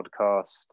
podcast